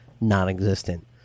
non-existent